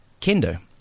kendo